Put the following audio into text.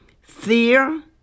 fear